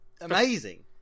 Amazing